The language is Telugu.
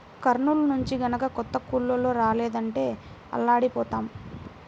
కర్నూలు నుంచి గనక కొత్త కూలోళ్ళు రాలేదంటే అల్లాడిపోతాం